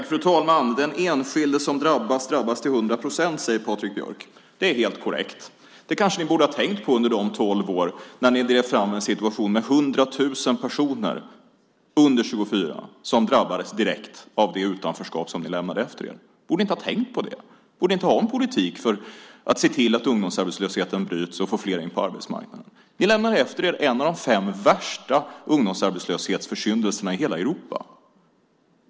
Fru talman! Den enskilde drabbas till hundra procent när den drabbas, säger Patrik Björck. Det är helt korrekt. Det kanske ni borde ha tänkt på under de tolv år när ni drev fram en situation där 100 000 personer under 24 år drabbades direkt av det utanförskap som ni lämnade efter er. Borde ni inte ha tänkt på det? Borde ni inte ha haft en politik för att se till att ungdomsarbetslösheten bryts och få fler in på arbetsmarknaden? Ni lämnar efter en av de fem värsta ungdomsarbetslöshetsförsyndelserna i hela Europa.